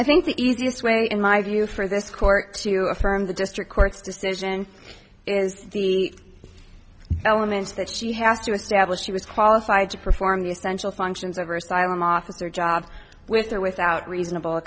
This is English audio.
i think the easiest way in my view for this court to affirm the district court's decision is the element that she has to establish she was qualified to perform the essential functions of her asylum officer job with or without reasonable